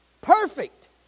perfect